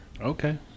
Okay